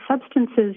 substances